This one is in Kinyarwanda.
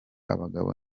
abagabo